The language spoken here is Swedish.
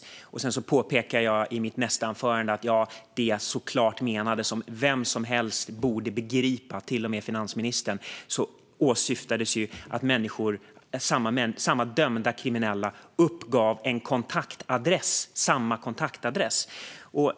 I mitt nästa anförande påpekade jag att det som såklart åsyftades - vilket vem som helst borde begripa, till och med finansministern - var att samma dömda kriminella uppgav samma kontaktadress.